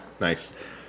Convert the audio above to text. Nice